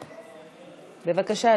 בבקשה,